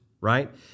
right